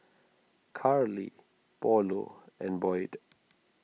Carly Paulo and Boyd